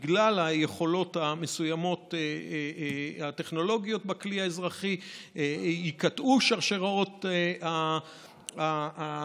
בגלל היכולות המסוימות הטכנולוגיות בכלי האזרחי ייקטעו שרשראות ההדבקה.